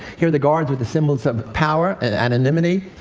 here are the guards with the symbols of power and anonymity.